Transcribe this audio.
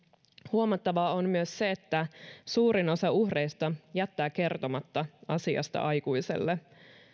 huomattavaa on myös se että suurin osa uhreista jättää kertomatta asiasta aikuiselle